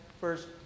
first